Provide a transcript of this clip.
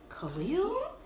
Khalil